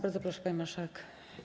Bardzo proszę, pani marszałek.